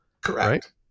correct